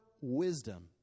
wisdom